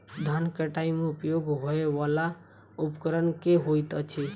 धान कटाई मे उपयोग होयवला उपकरण केँ होइत अछि?